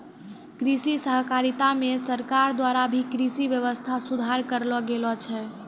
कृषि सहकारिता मे सरकार द्वारा भी कृषि वेवस्था सुधार करलो गेलो छै